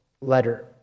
letter